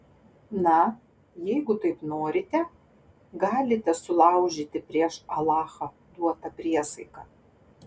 na jeigu taip norite galite sulaužyti prieš alachą duotą priesaiką